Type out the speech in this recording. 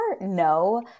no